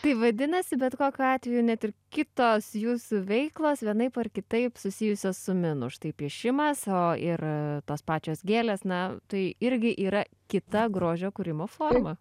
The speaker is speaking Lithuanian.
tai vadinasi bet kokiu atveju net ir kitos jūsų veiklos vienaip ar kitaip susijusios su menu štai piešimas o ir tos pačios gėlės na tai irgi yra kita grožio kūrimo forma